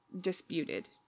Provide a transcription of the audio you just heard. disputed